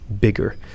bigger